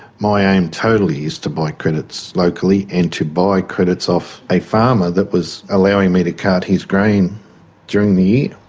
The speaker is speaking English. my aim totally is to buy credits locally and to buy credits off a farmer that was allowing me to cart his grain during the